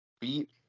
beat